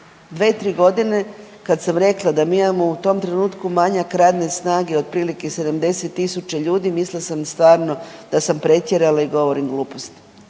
dve, tri godine kad sam rekla da mi imamo u tom trenutku manjak radne snage otprilike 70.000 ljudi mislila sam stvarno da sa pretjerala i govorim glupost.